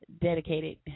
dedicated